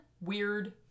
weird